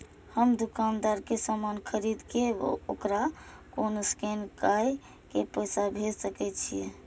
हम दुकानदार के समान खरीद के वकरा कोड स्कैन काय के पैसा भेज सके छिए?